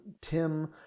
Tim